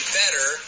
better